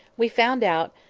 we found out,